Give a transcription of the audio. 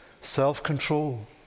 self-control